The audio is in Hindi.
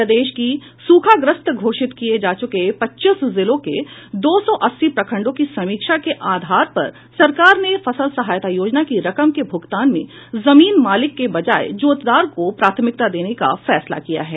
प्रदेश की सूखाग्रस्त घोषित किये जा चुके पच्चीस जिलों के दौ सौ अस्सी प्रखंडों की समीक्षा के आधार पर सरकार ने फसल सहायता योजना की रकम के भूगतान में जमीन मालिक के बजाए जोतदार को प्राथमिकता देने का फैसला किया है